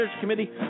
Committee